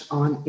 on